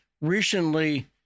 recently